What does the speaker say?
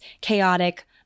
chaotic